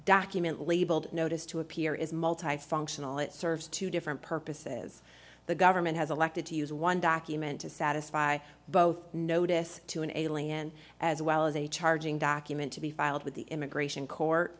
document labelled notice to appear is multi functional it serves two different purposes the government has elected to use one document to satisfy both notice to an alien as well as a charging document to be filed with the immigration court